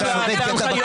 מי נמנע?